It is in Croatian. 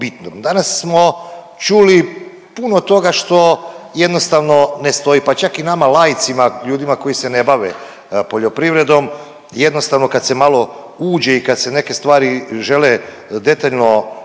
Danas smo čuli puno toga što jednostavno ne stoji, pa čak i nama laicima, ljudima koji se ne bave poljoprivredom. Jednostavno, kad se malo uđe i kad se neke stvari žele detaljno